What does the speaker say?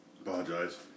Apologize